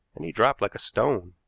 and he dropped like a stone.